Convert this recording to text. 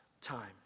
time